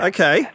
Okay